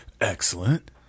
Excellent